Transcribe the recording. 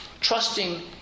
trusting